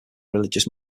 religious